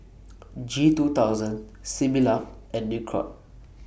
G two thousand Similac and Nicorette